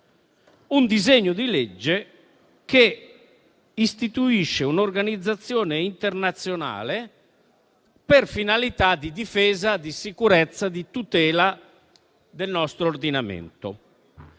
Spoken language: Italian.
un disegno di legge che istituisce un'organizzazione internazionale per finalità di difesa, di sicurezza, di tutela del nostro ordinamento.